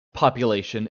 population